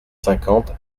cinquante